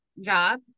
job